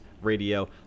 radio